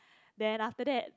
then after that